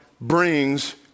brings